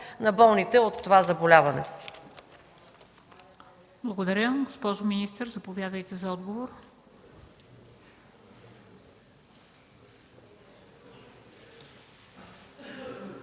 на болните от това заболяване?